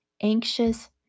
anxious